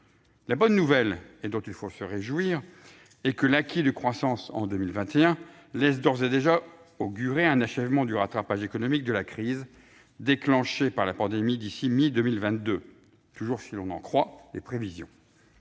La bonne nouvelle, dont il faut se réjouir, est que l'acquis de croissance en 2021 laisse d'ores et déjà augurer une fin du rattrapage économique de la crise déclenchée par la pandémie d'ici à la mi-2022, toujours si l'on en croit les prévisions.